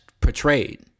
portrayed